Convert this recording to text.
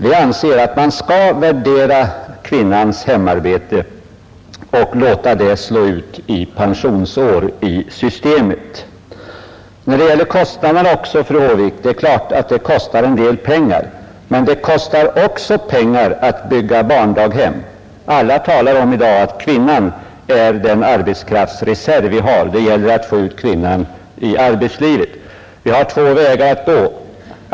Vi anser att man skall låta kvinnans hemarbete ge utslag i pensionsår i pensionssystemet. Det är klart att detta kostar pengar, fru Håvik, men det kostar också pengar att bygga barndaghem. Alla talar i dag om att kvinnorna är den arbetskraftsreserv vi har och att det gäller att få ut dem i arbetslivet. Det finns två vägar att gå.